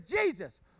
Jesus